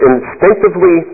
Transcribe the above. instinctively